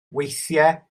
weithiau